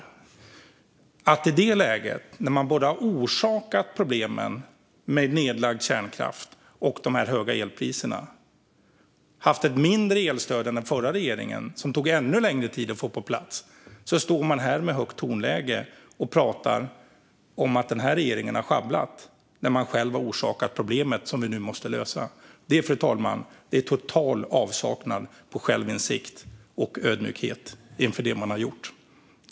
I det här läget, när man har orsakat problemen genom att lägga ned kärnkraft och när man med de här höga elpriserna hade ett mindre elstöd som tog ännu längre tid att få på plats, står Mikael Damberg här med högt tonläge och pratar om att den här regeringen har sjabblat, när man själv har orsakat problemet som vi nu måste lösa. Det är en total avsaknad av självinsikt och ödmjukhet inför det man har gjort, fru talman.